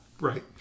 Right